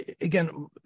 again